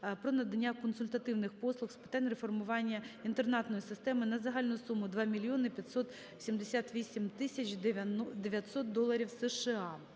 про надання консультативних послуг з питань реформування інтернатної системи на загальну суму 2 мільйони 578 тисяч 900 доларів США.